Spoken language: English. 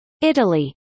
Italy